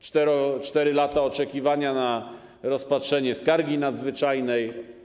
4 lata oczekiwania na rozpatrzenie skargi nadzwyczajnej.